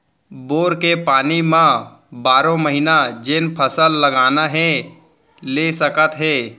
bore के पानी म बारो महिना जेन फसल लगाना हे ले सकत हे